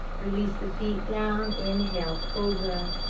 release the seat down, inhale, cobra.